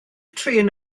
trên